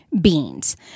beans